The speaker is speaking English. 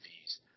fees